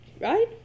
Right